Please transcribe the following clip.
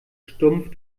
stumpf